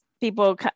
people